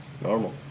normal